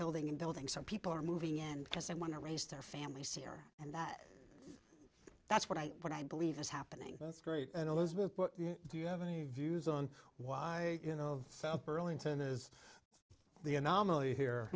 building and building so people are moving in because they want to raise their families here and that that's what i what i believe is happening that's great and elizabeth do you have any views on why you know south burlington is the anomaly here